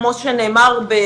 התקציב